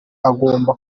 agomba